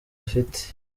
afite